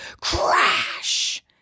Crash